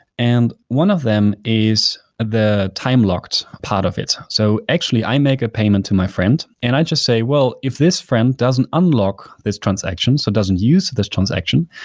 and one of them is the time locked part of it. so actually, i make a payment to my friend and i just say, well, if this friend doesn't unlock this transaction, so doesn't use this transaction,